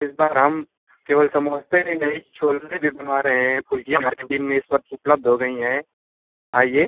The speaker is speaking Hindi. इस बार हम केवल समोसे नहीं छोले भी बनवा रहे हैं फुलकियाँ हमारे कैंटीन में इस वक़्त उपलब्ध हो गई हैं आइए